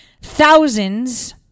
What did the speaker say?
thousands